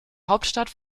hauptstadt